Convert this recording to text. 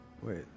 Wait